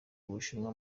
ubushinwa